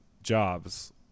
jobs